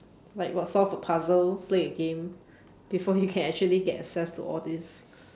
like what solve a puzzle play a game before you can actually get access to all this